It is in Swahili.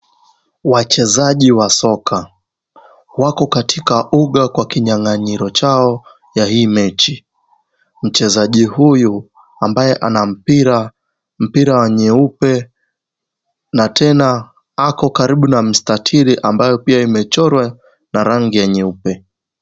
Wachezaji wa soka wako katika uga kwa kinyang'anyiro chao ya hii mechi. Mchezaji huyu ambaye ana mpira wa nyeupe na tena ako karibu na mstatiri ambayo pia imechorwa na rangi ya nyeupe.